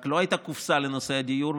רק לא הייתה קופסה לנושא הדיור,